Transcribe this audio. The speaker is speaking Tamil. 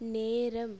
நேரம்